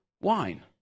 wine